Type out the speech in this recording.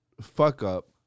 fuck-up